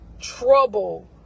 trouble